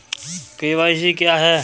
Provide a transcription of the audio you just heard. KYC क्या है?